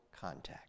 contact